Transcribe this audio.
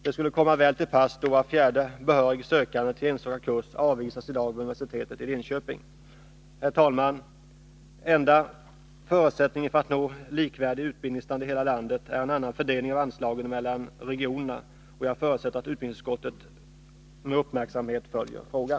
De skulle komma väl till pass, då var fjärde behörig sökande till enstaka kurs avvisas i dag vid universitetet i Linköping. Herr talman! Enda förutsättningen för att nå likvärdig utbildningsstandard i hela landet är en annan fördelning av anslagen mellan regionerna, och jag förutsätter att utbildningsutskottet med uppmärksamhet följer frågan.